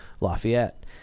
Lafayette